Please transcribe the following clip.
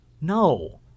no